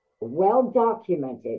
well-documented